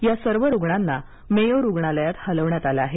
या सर्व रुग्णांना मेयो रुग्णालयात हलविण्यात आलं आहे